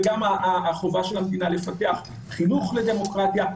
וגם החובה של המדינה לפתח חינוך לדמוקרטיה.